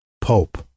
Pope